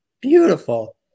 Beautiful